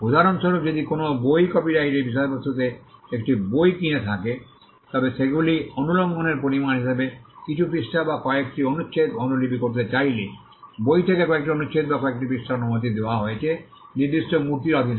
উদাহরণস্বরূপ যদি কোনও বই কপিরাইটের বিষয়বস্তুতে একটি বই কিনে থাকে তবে সেগুলি অনুলঙ্ঘনের পরিমাণ হিসাবে কিছু পৃষ্ঠা বা কয়েকটি অনুচ্ছেদ অনুলিপি করতে চাইলে বই থেকে কয়েকটি অনুচ্ছেদ বা কয়েকটি পৃষ্ঠার অনুমতি দেওয়া হয়েছে নির্দিষ্ট মূর্তির অধীনে